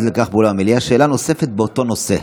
לכך באולם המליאה שאלה נוספת באותו נושא".